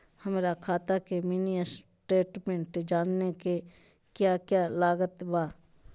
हमरा खाता के मिनी स्टेटमेंट जानने के क्या क्या लागत बा?